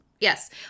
yes